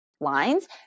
lines